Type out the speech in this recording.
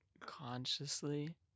Consciously